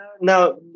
now